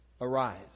arise